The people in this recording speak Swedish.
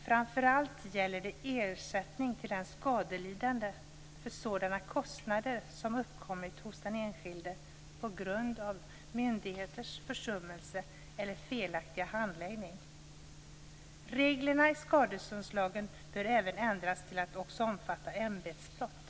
Framför allt gäller det ersättning till den skadelidande för sådana kostnader som uppkommit hos den enskilde på grund av myndigheters försummelse eller felaktiga handläggning. Reglerna i skadeståndslagen bör även ändras till att också omfatta ämbetsbrott.